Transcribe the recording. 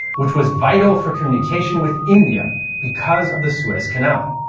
which was vital for communication with india because of the suez canal.